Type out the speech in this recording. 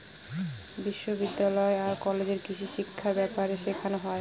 বিশ্ববিদ্যালয় আর কলেজে কৃষিশিক্ষা ব্যাপারে শেখানো হয়